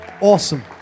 Awesome